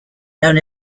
known